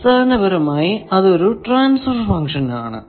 അടിസ്ഥാനപരമായി അത് ഒരു ട്രാൻസ്ഫർ ഫങ്ക്ഷൻ ആണ്